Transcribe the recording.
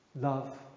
love